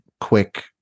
quick